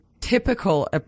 typical